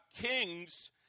kings